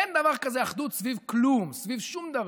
אין דבר כזה אחדות סביב כלום, סביב שום דבר.